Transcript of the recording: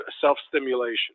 self-stimulation